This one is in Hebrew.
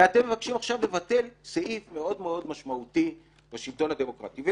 ואתם מבקשים עכשיו לבטל סעיף מאוד-מאוד משמעותי בשלטון הדמוקרטי.